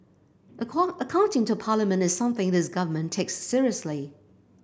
accounting to Parliament is something this Government takes seriously